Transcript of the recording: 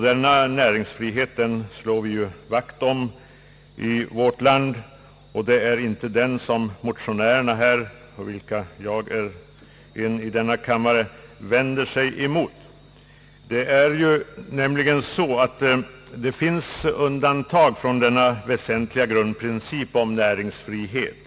Denna näringsfrihet slår vi ju vakt om, och det är inte den som vi motionärer vänder oss emot. Det finns emellertid undantag från denna väsentliga grundprincip om näringsfrihet.